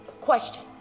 Question